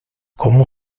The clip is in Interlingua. como